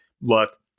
look